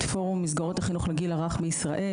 פורום מסגרות החינוך לגיל הרך בישראל.